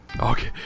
Okay